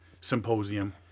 symposium